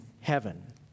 heaven